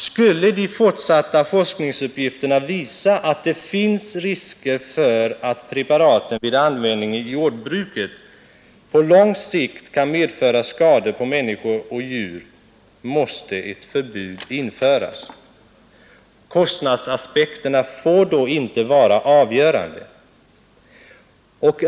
Skulle de fortsatta forskningsuppgifterna visa att det finns risker för att preparaten vid användning i jordbruket på lång sikt kan medföra skador på människor och djur måste ett förbud införas. Kostnadsaspekterna får då inte vara avgörande.